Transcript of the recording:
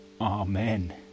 Amen